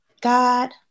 God